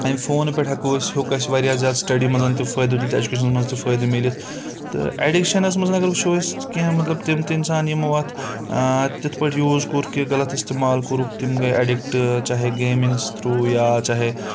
اَمہِ فون پِٮ۪ٹھ ہِیَکَو ہِیوٚک اَسہِ واریاہ زیادٕ سٕٹَڈِی منٛز تہِ فٲیدٕ تُلِتھ ایٚجُکیشَن منٛز تہِ فٲیدٕ مِلِتھ تہٕ ایٚڈِکشَنَس منٛز اگر وٕچھو أسۍ کینٛہہ مطلب تِم تہِ اِنسان یِمو اَتھ تِتھ پٲٹھۍ یوٗز کوٚرُکھ کہِ غلط اِستعمال کوٚرُکھ تِم گٔے ایٚڈِکٹہٕ چاہے گَیمِنٛگٕس تھرٛوٗ یا چاہے